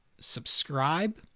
subscribe